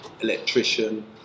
electrician